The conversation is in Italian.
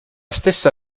stessa